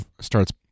starts